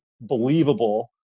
believable